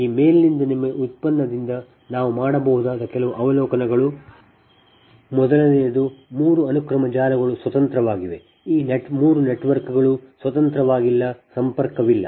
ಈಗ ಮೇಲಿನಿಂದ ನಿಮ್ಮ ವ್ಯುತ್ಪನ್ನದಿಂದ ನಾವು ಮಾಡಬಹುದಾದ ಕೆಲವು ಅವಲೋಕನಗಳು ಮೊದಲನೆಯದು 3 ಅನುಕ್ರಮ ಜಾಲಗಳು ಸ್ವತಂತ್ರವಾಗಿವೆ ಈ 3 ನೆಟ್ವರ್ಕ್ಗಳು ಸ್ವತಂತ್ರವಾಗಿಲ್ಲ ಸಂಪರ್ಕವಿಲ್ಲ